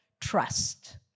trust